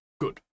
Good